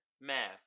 Math